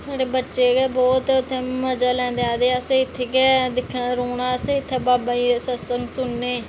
साढ़े बच्चे गै बहुत मज़ा लैंदे इत्थै आखदे कि इत्थै गै रौह्ना असें बाबाजी दे सत्संग गी सुनने ई